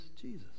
Jesus